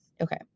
Okay